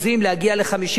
להגיע ל-50%,